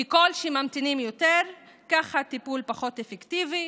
ככל שממתינים יותר כך הטיפול פחות אפקטיבי